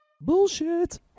Bullshit